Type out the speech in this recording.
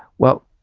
well,